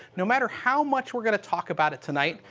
no matter how much we are going to talk about it tonight,